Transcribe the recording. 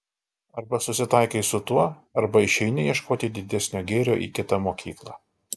arba susitaikai su tuo arba išeini ieškoti didesnio gėrio į kitą mokyklą